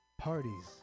parties